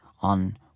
on